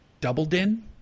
double-din